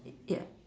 ya